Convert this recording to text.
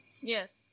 yes